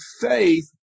faith